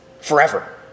forever